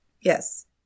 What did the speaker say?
Yes